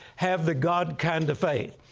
have the god kind of faith.